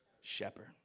Shepherd